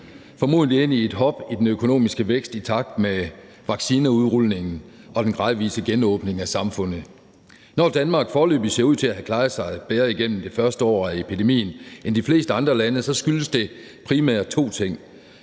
formentlig ind i et hop i den økonomiske vækst i takt med vaccineudrulningen og den gradvise genåbning af samfundet. Når Danmark foreløbig ser ud til at have klaret sig bedre igennem det første år af epidemien end de fleste andre lande, skyldes det primært to ting: